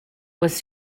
was